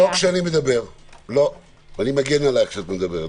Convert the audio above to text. אני מגן עליך כשאת מדברת.